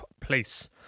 place